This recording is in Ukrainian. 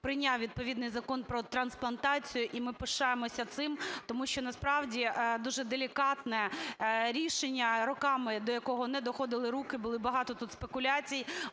прийняв відповідний Закон про трансплантацію, і ми пишаємося цим, тому що насправді дуже делікатне рішення, роками до якого не доходили руки, було багато тут спекуляцій.